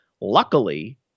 Luckily